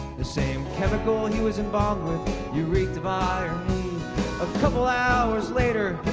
the same chemical he was embalmed with you reeked of irony a couple hours later,